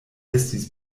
estis